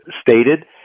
stated